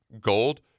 gold